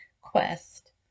quest